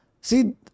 See